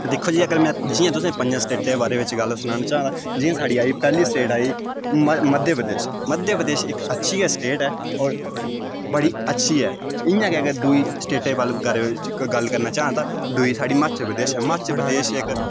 दिक्खो जी अगर मैं जि'यां तुसें पंजे स्टेटें दे बारै बिच्च गल्ल सनानां चांह् जि'यां साढ़ी आई पैह्ली स्टेट आई मध्यप्रदेश मध्यप्रदेश इक अच्छी गै स्टेट ऐ होर बड़ी अच्छी ऐ इ'यां गै अगर दुई स्टेटै दे बाले बारै च गल्ल करना चांह् तां दुई साढ़ी हिमाचल प्रदेश ऐ हिमाचल प्रदेश इक